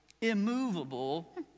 immovable